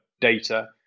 data